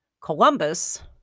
Columbus